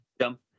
jump